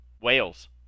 Wales